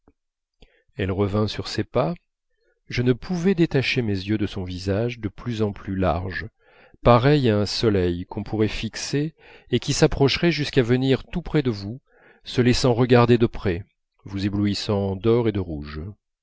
elle revint sur ses pas je ne pouvais détacher mes yeux de son visage de plus en plus large pareil à un soleil qu'on pourrait fixer et qui s'approcherait jusqu'à venir tout près de vous se laissant regarder de près vous éblouissant d'or et de rouge